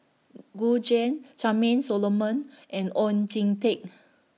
Gu Juan Charmaine Solomon and Oon Jin Teik